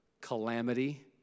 calamity